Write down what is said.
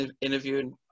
interviewing